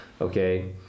okay